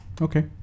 Okay